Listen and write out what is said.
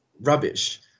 rubbish